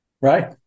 Right